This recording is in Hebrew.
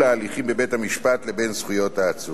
ההליכים בבית-המשפט לבין זכויות העצור.